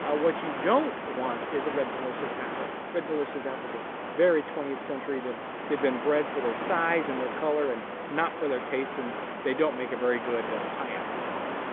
what you don't want is a red delicious apple. red delicious apples are very twentieth century, they've they've been bred for their size and their color and not for their taste and they don't make a very good pie apple at all.